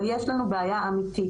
אבל יש לנו בעיה אמתית.